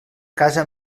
casa